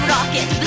Rocket